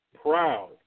proud